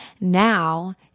Now